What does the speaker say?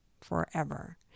forever